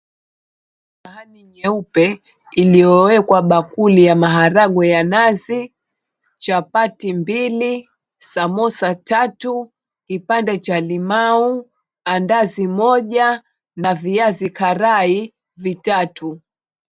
Sahani nyeupe iliyowekwa bakuli ya maharagwe ya nazi, chapati mbili, samosa tatu, kipande cha limau, andazi moja na viazi karai vitatu.